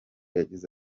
yagize